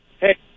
Hey